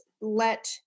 let